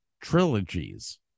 trilogies